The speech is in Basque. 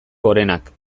gorenak